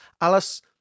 Alice